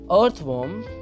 Earthworm